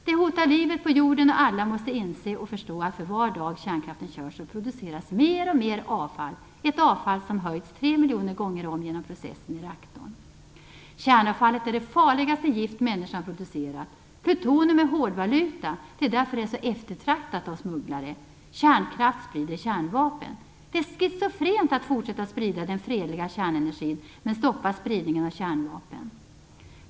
Det hotar livet på jorden, och alla måste inse att för var dag kärnkraften körs produceras mer och mer avfall - det har skett en höjning tre miljoner gånger om genom processen i reaktorn. Kärnavfallet är det farligaste gift människan producerat. Plutonium är hårdvaluta. Det är därför det är så eftertraktat hos smugglare. Kärnkraft sprider kärnvapen. Det är schizofrent att sprida den fredliga kärnenergin men stoppa spridningen av kärnvapen.